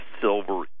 Silver